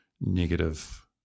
negative